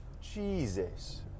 Jesus